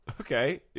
okay